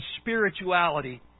spirituality